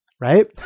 right